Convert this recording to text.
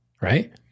right